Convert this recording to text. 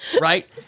right